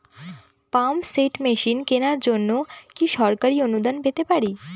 Pump set machine কেনার জন্য কি সরকারি অনুদান পেতে পারি?